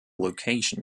location